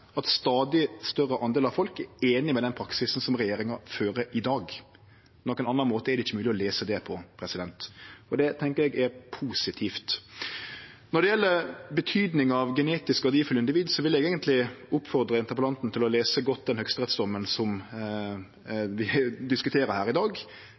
at ein stadig større andel av folk er einig i den praksisen som regjeringa fører i dag. På nokon annan måte er det ikkje mogleg å lese det. Og det tenkjer eg er positivt. Når det gjeld betydninga av genetisk verdifulle individ, vil eg oppfordre interpellanten til å lese godt den høgsterettsdommen som vi diskuterer her i dag,